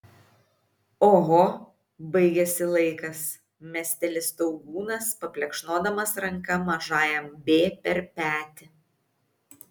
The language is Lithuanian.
oho baigėsi laikas mesteli staugūnas paplekšnodamas ranka mažajam b per petį